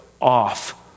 off